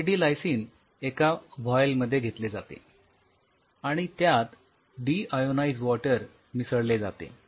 poly D lysine एका vial मध्ये घेतले जाते आणि त्यात डीआयोनाइज्ड वॉटर मिसळले जाते